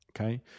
Okay